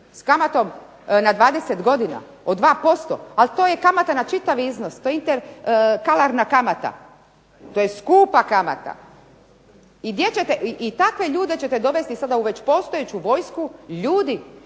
S kamatom na 20 godina od 2%, ali to je kamata na čitav iznos, to je interkalarna kamate. To je skupa kamata. I takve ljude ćete dovesti sada već u postojeću vojsku ljudi